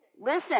listen